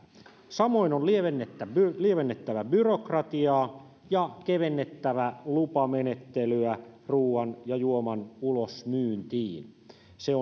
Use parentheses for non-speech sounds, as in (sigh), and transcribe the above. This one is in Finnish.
samoin on lievennettävä lievennettävä byrokratiaa ja kevennettävä lupamenettelyä ruuan ja juoman ulosmyyntiin se (unintelligible)